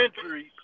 centuries